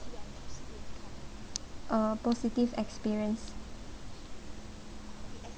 uh positive experience